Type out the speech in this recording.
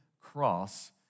cross